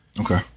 Okay